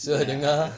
ya